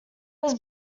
was